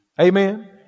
Amen